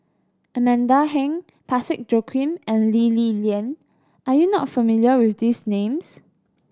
Amanda Heng Parsick Joaquim and Lee Li Lian are you not familiar with these names